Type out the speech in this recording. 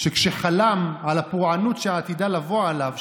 שכשחלם על הפורענות שעתידה לבוא עליו,